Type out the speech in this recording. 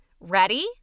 Ready